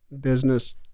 Business